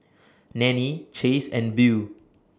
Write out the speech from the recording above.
Nannie Chace and Beau